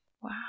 Wow